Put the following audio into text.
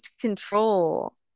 control